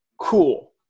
cool